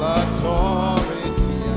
authority